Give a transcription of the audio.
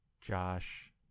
Josh